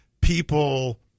people